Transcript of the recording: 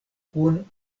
kun